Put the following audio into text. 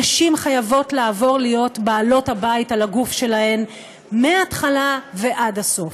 נשים חייבות לעבור להיות בעלות הבית על הגוף שלהן מההתחלה ועד הסוף.